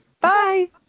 Bye